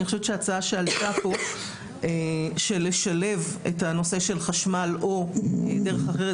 אני חושבת שההצעה שעלתה כאן לשלב את הנושא של חשמל או דרך אחרת,